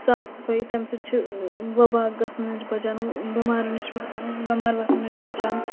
صاف صفٲیی تَمہِ سۭتۍ چھِ وَبا گژھنہٕ نِش بَچان بٮ۪مارو نِش بٮ۪مارِ وتھنہٕ نِش بَچان